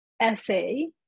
essay